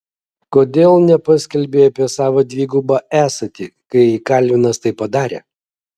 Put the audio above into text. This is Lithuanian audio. kodėl nepaskelbei apie savo dvigubą esatį kai kalvinas tai padarė